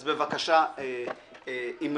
אז בבקשה, אמרי.